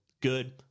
Good